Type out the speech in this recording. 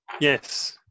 yes